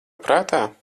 prātā